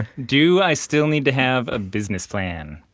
do i still need to have a business plan?